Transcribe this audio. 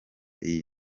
iyi